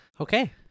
Okay